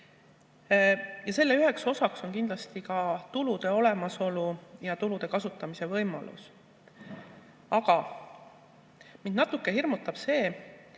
Ja selle üheks osaks on kindlasti tulude olemasolu ja tulude kasutamise võimalused. Aga mind natukene hirmutab see,